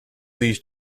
these